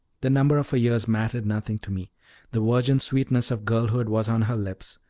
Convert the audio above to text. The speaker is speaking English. the number of her years mattered nothing to me the virgin sweetness of girlhood was on her lips,